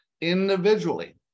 individually